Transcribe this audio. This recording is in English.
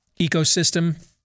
ecosystem